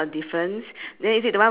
a sign saying meet sue and ted